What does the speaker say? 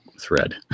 thread